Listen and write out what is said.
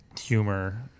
humor